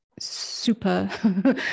Super